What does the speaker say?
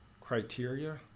criteria